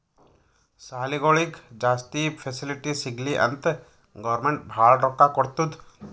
ಸಾಲಿಗೊಳಿಗ್ ಜಾಸ್ತಿ ಫೆಸಿಲಿಟಿ ಸಿಗ್ಲಿ ಅಂತ್ ಗೌರ್ಮೆಂಟ್ ಭಾಳ ರೊಕ್ಕಾ ಕೊಡ್ತುದ್